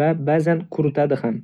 va ba'zan quritadi ham.